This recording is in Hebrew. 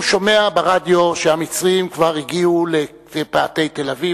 הוא שומע ברדיו שהמצרים כבר הגיעו לפאתי תל-אביב,